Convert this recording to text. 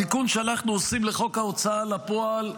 התיקון שאנחנו עושים לחוק ההוצאה לפועל,